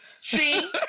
See